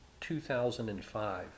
2005